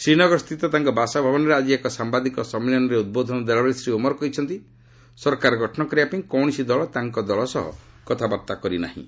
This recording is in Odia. ଶ୍ରୀନଗରସ୍ଥିତ ତାଙ୍କ ବାସଭବନରେ ଆଜି ଏକ ସାମ୍ଭାଦିକ ସମ୍ମିଳନୀରେ ଉଦ୍ବୋଧନ ଦେଲାବେଳେ ଶ୍ରୀ ଓମର କହିଛନ୍ତି ସରକାର ଗଠନ କରିବାପାଇଁ କୌଣସି ଦଳ ତାଙ୍କ ଦଳ ସହ କଥାବାର୍ତ୍ତା କରି ନାହିଁ